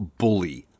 bully